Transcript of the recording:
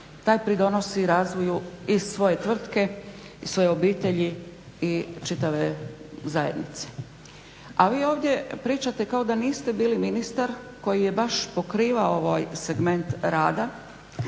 taj pridonosi razvoju i svoje tvrtke i svoje obitelji i čitave zajednice. A vi ovdje pričate kao da niste bili ministar koji je baš pokrivao ovaj segment rada,